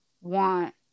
want